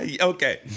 Okay